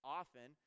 often